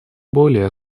более